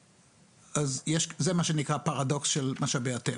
זה מה שנקרא פרדוקס של משאבי הטבע.